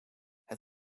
het